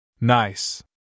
nice